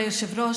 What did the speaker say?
כבוד היושב-ראש,